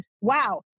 wow